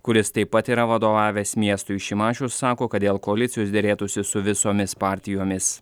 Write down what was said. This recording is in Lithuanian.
kuris taip pat yra vadovavęs miestui šimašius sako kad dėl koalicijos derėtųsi su visomis partijomis